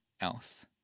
else